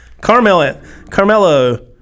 Carmelo